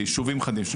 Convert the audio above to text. לישובים חדשים,